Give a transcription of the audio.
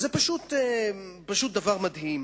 זה פשוט דבר מדהים.